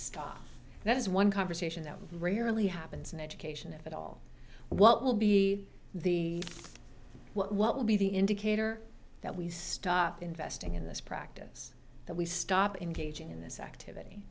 stop that is one conversation that rarely happens in education at all what will be the what will be the indicator that we stop investing in this practice that we stop engaging in this activity